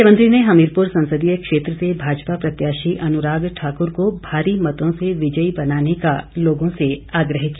मुख्यमंत्री ने हमीरपुर संसदीय क्षेत्र से भाजपा प्रत्याशी अनुराग ठाकुर को भारी मतों से विजयी बनाने का लोगों से आग्रह किया